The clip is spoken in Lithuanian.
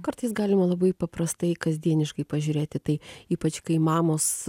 kartais galima labai paprastai kasdieniškai pažiūrėti į tai ypač kai mamos